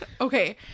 okay